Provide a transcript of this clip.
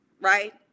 right